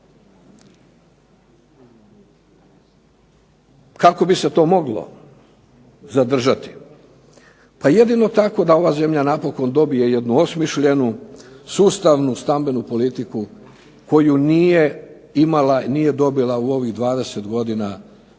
Kako bi se to moglo zadržati? Pa jedino tako da ova zemlja napokon dobije jednu osmišljenu, sustavnu stambenu politiku koju nije imala i nije dobila u ovih 20 godina naše